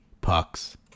pucks